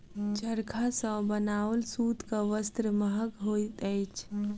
चरखा सॅ बनाओल सूतक वस्त्र महग होइत अछि